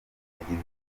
yagize